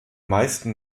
meisten